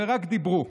ורק דיברו.